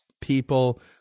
people